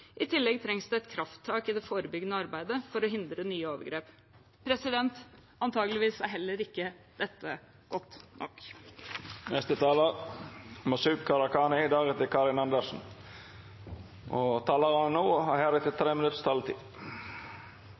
I tillegg trengs det et krafttak i det forebyggende arbeidet for å hindre nye overgrep. Antageligvis er heller ikke dette godt nok. Dei talarane som heretter får ordet, har ei taletid på inntil 3 minutt. Noe av Stortingets viktigste arbeid er å sikre trygghet for innbyggerne, og